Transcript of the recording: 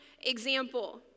example